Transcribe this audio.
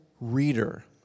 reader